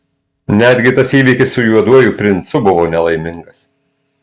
netgi tas įvykis su juoduoju princu buvo nelaimingas